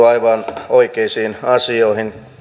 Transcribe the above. aivan oikeisiin asioihin